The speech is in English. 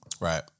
Right